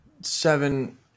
Seven